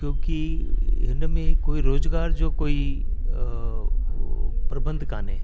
क्यूकी हुन में कोई रोज़गार जो कोई प्रबंध कोन्हे